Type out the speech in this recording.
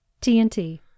TNT